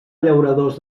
llauradors